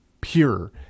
pure